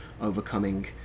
overcoming